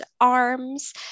arms